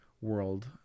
world